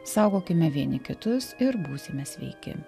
saugokime vieni kitus ir būsime sveiki